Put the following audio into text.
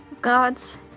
Gods